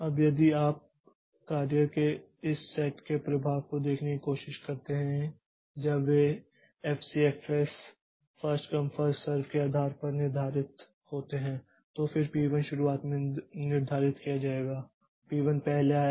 अब यदि आप कार्य के इस सेट के प्रभाव को देखने की कोशिश करते हैं जब वे FCFS first come first serve के आधार पर निर्धारित होते हैं तो फिर पी1 शुरुआत में निर्धारित किया जाएगा पी1 पहले आया